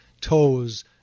toes